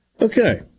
Okay